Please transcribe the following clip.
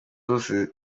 zose